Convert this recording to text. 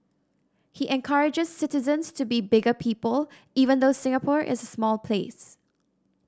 he encourages citizens to be bigger people even though Singapore is a small place